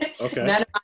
okay